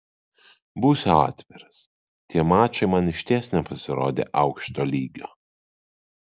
būsiu atviras tie mačai man išties nepasirodė aukšto lygio